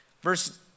Verse